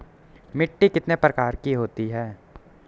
मिट्टी कितने प्रकार की होती है?